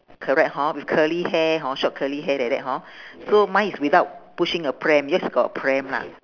correct hor with curly hair hor short curly hair like that hor so mine is without pushing a pram yours is got a pram lah